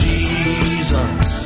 Jesus